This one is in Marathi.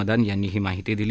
मदान यांनी ही माहिती दिली